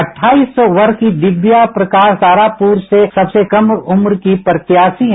अट्टाइस वर्ष की दिव्या प्रकाश तारापुर से सबसे कम उम्र की प्रत्याशी हैं